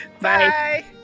Bye